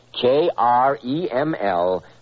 K-R-E-M-L